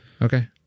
Okay